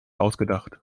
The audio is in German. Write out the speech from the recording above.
ausgedacht